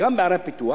וגם בערי הפיתוח,